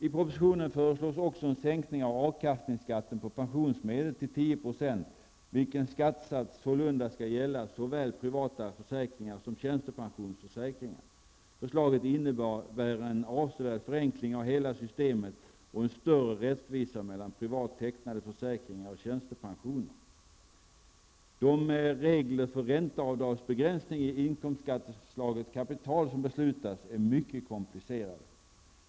I propositionen föreslår man också att avkastningsskatten på pensionsmedel sänks till 10 %, och denna skattesats skall sålunda gälla såväl privata försäkringar som tjänstepensionsförsäkringar. Förslaget innebär en avsevärd förenkling av hela systemet och en större rättvisa mellan privat tecknade försäkringar och tjänstepensioner. De regler för ränteavdragsbegränsning i inkomstskatteslaget kapital som beslutats är mycket komplicerade.